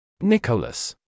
Nicholas